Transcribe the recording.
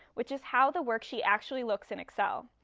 which is how the worksheet actually looks in excel.